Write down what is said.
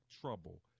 trouble